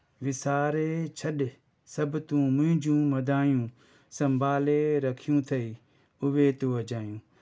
विसारे छॾ सभु तूं मुंहिंजूं मदायूं संभाले रखियूं अथई उहे तूं अजायूं